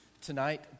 Tonight